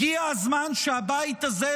הגיע הזמן שהבית הזה,